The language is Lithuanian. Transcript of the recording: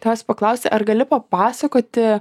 tavęs paklausti ar gali papasakoti